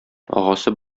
агасы